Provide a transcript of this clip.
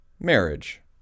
marriage